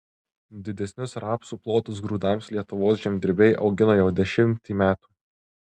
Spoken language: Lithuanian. didesnius rapsų plotus grūdams lietuvos žemdirbiai augina jau dešimtį metų